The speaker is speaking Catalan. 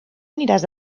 aniràs